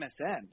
MSN